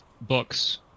books